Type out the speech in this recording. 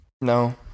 No